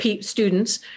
students